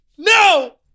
No